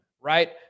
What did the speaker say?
right